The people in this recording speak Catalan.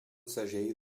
segell